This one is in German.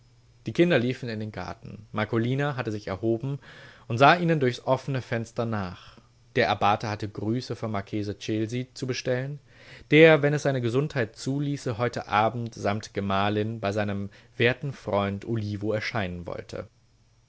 die kinder liefen in den garten marcolina hatte sich erhoben und sah ihnen durchs offne fenster nach der abbate hatte grüße vom marchese celsi zu bestellen der wenn es seine gesundheit zuließe heute abend samt gemahlin bei seinem werten freund olivo erscheinen wollte